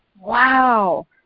wow